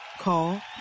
Call